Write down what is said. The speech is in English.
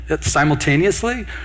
simultaneously